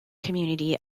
community